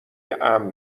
امن